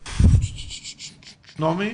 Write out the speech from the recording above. כן.